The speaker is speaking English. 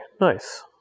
nice